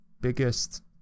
biggest